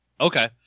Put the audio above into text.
Okay